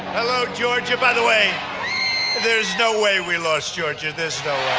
hello, georgia. by the way there's no way we lost georgia. there's no